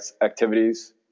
activities